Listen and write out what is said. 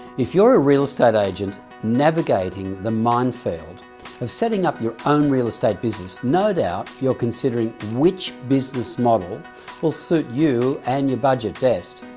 if you're a real estate agent navigating the mine field of setting up your own real estate business, no doubt, you're considering which business model will suit you and your budget best.